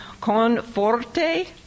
conforte